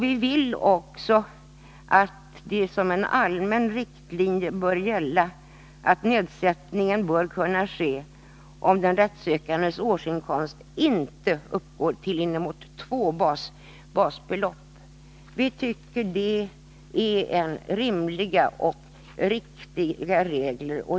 Vi vill också att det som en allmän riktlinje bör gälla att nedsättning bör kunna ske om den rättssökandes årsinkomst inte uppgår till inemot två basbelopp. Vi tycker det är rimliga och riktiga regler.